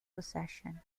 possession